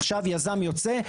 עכשיו יזם יוצא,